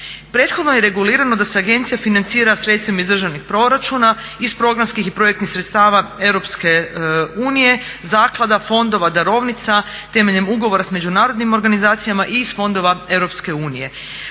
Prethodno je regulirano da se agencija financira sredstvima iz državnih proračuna, iz programskih i projektnih sredstava EU, zaklada, fondova, darovnica, temeljem ugovora s međunarodnim organizacijama i iz fondova EU. Ukoliko